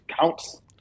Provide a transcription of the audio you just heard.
Counts